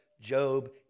Job